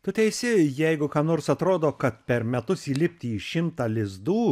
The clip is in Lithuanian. tu teisi jeigu ką nors atrodo per metus įlipti į šimtą lizdų